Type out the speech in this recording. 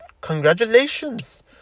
Congratulations